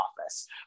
office